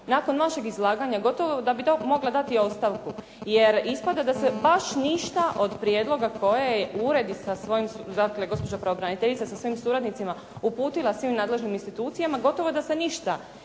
nakon našeg izlaganja gotovo da bi mogla dati ostavku jer ispada da se baš ništa od prijedloga koje je ured, dakle gospođa pravobraniteljica sa svojim suradnicima uputila svim nadležnim institucijama. Gotovo je da se ništa